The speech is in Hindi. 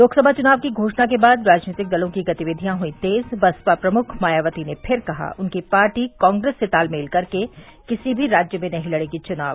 लोकसभा चुनाव की घोषणा के बाद राजनीतिक दलों की गतिविधियां हुई तेज बसपा प्रमुख मायावती ने फिर कहा उनकी पार्टी कांग्रेस से तालमेल कर किसी भी राज्य में नहीं लड़ेगी चुनाव